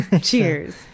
Cheers